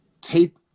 tape